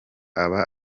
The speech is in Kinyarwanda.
aba